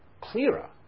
clearer